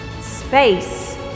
Space